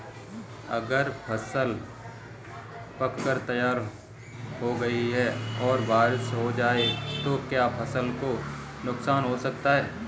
अगर फसल पक कर तैयार हो गई है और बरसात हो जाए तो क्या फसल को नुकसान हो सकता है?